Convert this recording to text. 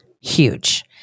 huge